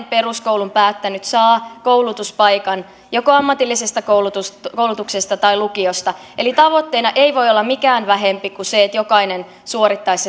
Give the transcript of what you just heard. peruskoulun päättänyt saa koulutuspaikan joko ammatillisesta koulutuksesta koulutuksesta tai lukiosta eli tavoitteena ei voi olla mikään vähempi kuin se että jokainen suorittaisi